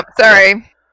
Sorry